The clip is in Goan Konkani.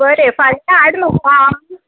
बरें फाल्यां हाड म्हाका आं